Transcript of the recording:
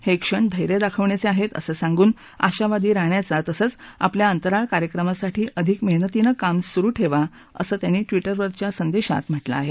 हे क्षण धैर्य दाखवण्याचे आहेत असं सांगून आशावादी राहण्याचा तसंच आपल्या अंतराळ कार्यक्रमासाठी अधिक मेहनतीनं काम सुरु ठेवा असं ट्विटरवरील संदेशात म्हटलं आहे